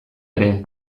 ere